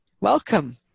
welcome